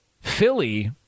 Philly